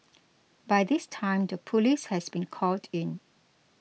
by this time the police has been called in